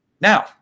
Now